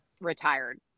retired